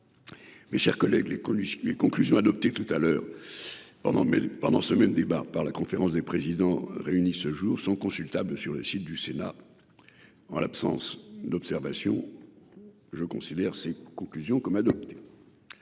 Mes chers collègues les connus les conclusions adoptées tout à l'heure. Pendant, pendant ce même débat par la conférence des présidents réunie ce jour 100 consultable sur le site du Sénat. En l'absence d'observation. Je considère ces conclusions comme adopté.